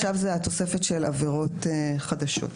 עכשיו התוספת של עבירות חדשות.